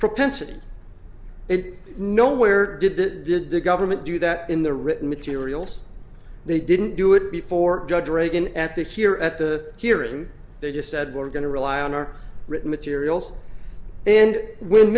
propensity it nowhere did the did the government do that in the written materials they didn't do it before judge reagan at the here at the hearing they just said we're going to rely on our written materials and when